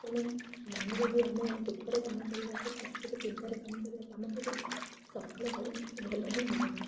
ତେଣୁ ମନ ଯଦି ଆମେ ଦୁଃଖରେ କାମ କରିବା କି କଷ୍ଟରେ କି ଚିନ୍ତାରେ କାମ କରିବା କାମ କେବେ ସଫଳ ହେବନି କି ଭଲ ହିଁ ହେବନି